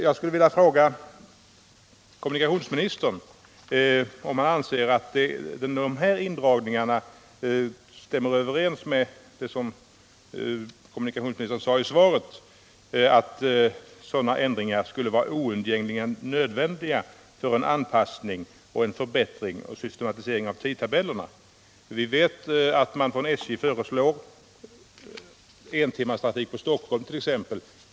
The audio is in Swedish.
Jag skulle vilja fråga kommunikationsministern om han anser att de här indragningarna är sådana ändringar — som han talar om i svaret — ”som är oundgängligen nödvändiga för en anpassning till den förbättring och systematisering av tidtabellerna på huvudlinjerna som SJ planerar”. Vi vet att SJ planerar entimmestrafik exempelvis mellan Malmö och Stockholm.